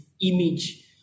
image